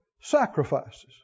sacrifices